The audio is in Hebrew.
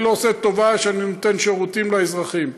אני לא עושה טובה שאני נותן שירותים לאזרחים,